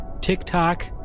tiktok